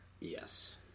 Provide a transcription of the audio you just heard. Yes